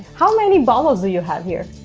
how many bottles do you have here?